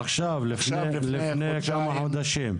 עכשיו, לפני שלושה חודשים.